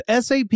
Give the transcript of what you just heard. SAP